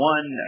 One